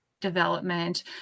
development